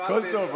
הכול טוב,